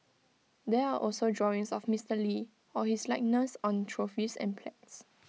there are also drawings of Mister lee or his likeness on trophies and plagues